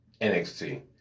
NXT